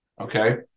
okay